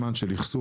זמן של אחסון,